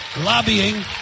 lobbying